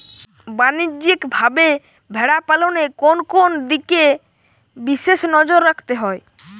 বাণিজ্যিকভাবে ভেড়া পালনে কোন কোন দিকে বিশেষ নজর রাখতে হয়?